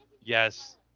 Yes